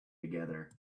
together